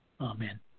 amen